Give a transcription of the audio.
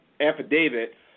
affidavit